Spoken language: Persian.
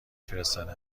فرستاده